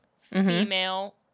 female